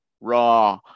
raw